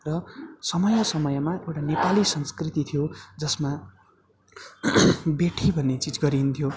र समय समयमा एउटा नेपाली संस्कृति थियो जसमा बेठी भन्ने चिज गरिन्थ्यो